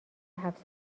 هفت